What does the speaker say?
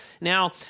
Now